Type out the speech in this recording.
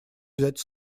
взять